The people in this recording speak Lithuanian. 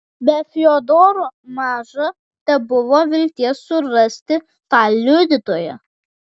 be fiodoro maža tebuvo vilties surasti tą liudytoją